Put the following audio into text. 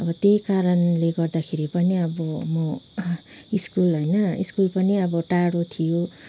अब त्यही कारणले गर्दाखेरि पनि अब म स्कुल होइन स्कुल पनि अब टाडो थियो